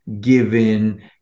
given